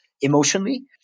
emotionally